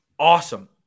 Awesome